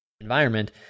environment